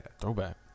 Throwback